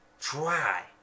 try